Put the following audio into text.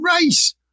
race